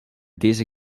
deze